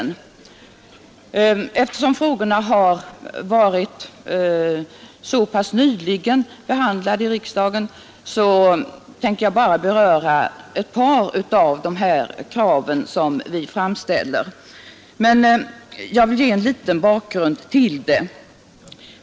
Men eftersom frågorna har behandlats så pass nyligen i riksdagen tänker jag här bara beröra ett par av de krav som vi framställt, och jag vill också ge en liten bakgrund till kraven.